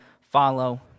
follow